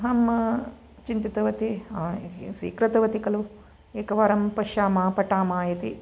अहं चिन्तितवती स्वीकृतवती खलु एकवारं पश्यामः पठामः इति